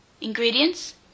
Ingredients